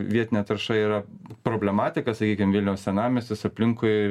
vietinė tarša yra problematika sakykim vilniaus senamiestis aplinkui